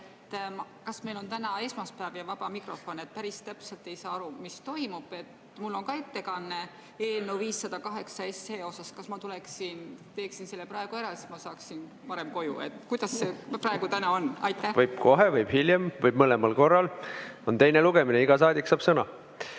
Kas meil on täna esmaspäev ja vaba mikrofon? Päris täpselt ei saa aru, mis toimub. Mul on ka ettekanne eelnõu 508 kohta. Kas ma tuleksin ja teeksin selle praegu ära, siis ma saaksin varem koju? Kuidas see praegu täna on? Võib kohe, võib hiljem, võib mõlemal korral. On teine lugemine ja iga saadik saab sõna.